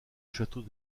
château